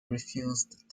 refused